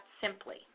simply